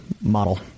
model